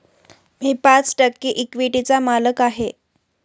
मी पाच टक्के इक्विटीचा मालक आहे